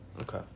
Okay